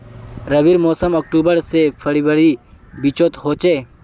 रविर मोसम अक्टूबर से फरवरीर बिचोत होचे